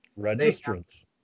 Registrants